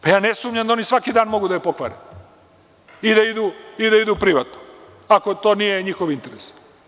Ja ne sumnjam da oni svaki dan mogu da je pokvare i da idu privatno, ako to nije njihov interes.